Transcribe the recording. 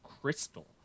crystal